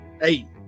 Hey